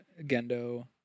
Gendo